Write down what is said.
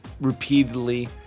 repeatedly